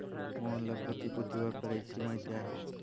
मोहनला प्रतिभूति व्यापाराची माहिती आहे